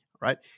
right